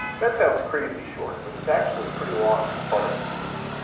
that sounds crazy short, but it's actually pretty long in the particle world.